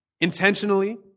intentionally